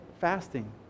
fasting